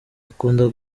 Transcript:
akunda